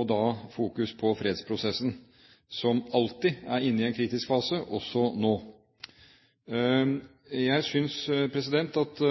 og da ha fokus på fredsprosessen, som alltid er inne i en kritisk fase, også nå. Jeg synes at